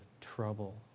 trouble